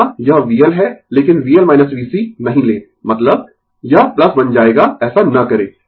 यहां यह VL है लेकिन VL VC नहीं ले मतलब यह बन जाएगा ऐसा न करें